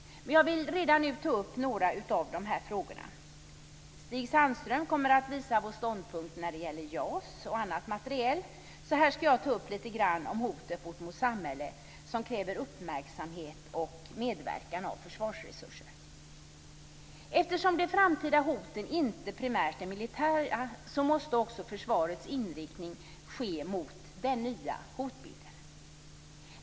Men jag vill redan nu ta upp några av dessa frågor. Stig Sandström kommer att redovisa vår ståndpunkt när det gäller JAS och annat materiel. Jag skall ta upp hoten mot vårt samhälle som kräver uppmärksamhet och medverkan av försvarsresurser. Eftersom de framtida hoten inte primärt är militära måste också försvaret vara inriktat mot den nya hotbilden.